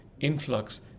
influx